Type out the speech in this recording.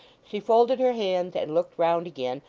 she folded her hands, and looked round again,